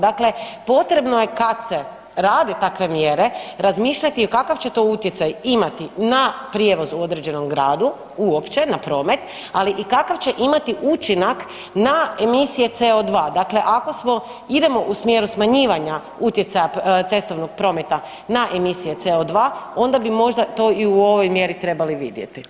Dakle potrebno je kad se rade takve mjere, razmišljati kakav će to utjecaj imati na prijevoz u određenom gradu uopće na promet, ali i kakav će imati učinak na emisije CO2, dakle ako smo, idemo u smjeru smjenjivanja utjecanja cestovnog prometa na emisije CO2, onda bi možda to i u ovoj mjeri trebali vidjeti.